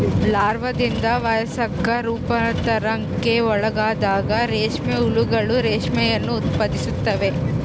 ಲಾರ್ವಾದಿಂದ ವಯಸ್ಕ ರೂಪಾಂತರಕ್ಕೆ ಒಳಗಾದಾಗ ರೇಷ್ಮೆ ಹುಳುಗಳು ರೇಷ್ಮೆಯನ್ನು ಉತ್ಪಾದಿಸುತ್ತವೆ